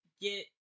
get